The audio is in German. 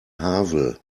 havel